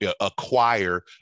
acquire